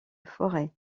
forêts